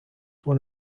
one